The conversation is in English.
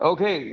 Okay